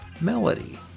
melody